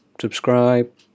subscribe